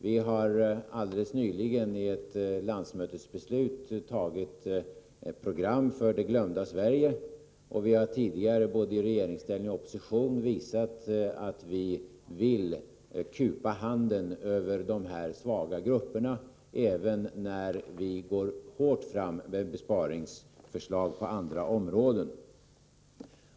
Vi har alldeles nyligen i ett landsmötesbeslut antagit ett program för ”det glömda Sverige”, och vi har tidigare både i regeringsställning och i opposition visat att vi vill ”kupa handen” över de här svaga grupperna, även när vi går hårt fram med besparingsförslag på andra områden.